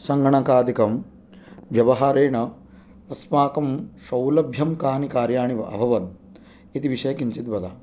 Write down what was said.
सङ्गणकादिकं व्यवहारेण अस्माकं सौलभ्यं कानि कार्याणि इति विषये किञ्चित् वदामि